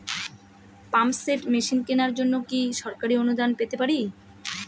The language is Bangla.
পাম্প সেট মেশিন কেনার জন্য কি সরকারি অনুদান পেতে পারি?